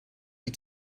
die